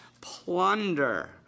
plunder